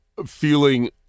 Feeling